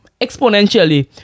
exponentially